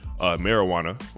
marijuana